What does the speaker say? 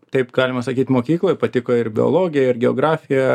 taip galima sakyt mokykloj patiko ir biologija ir geografija